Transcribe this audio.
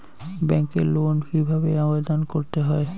ব্যাংকে লোন কিভাবে আবেদন করতে হয়?